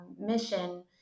mission